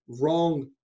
wrong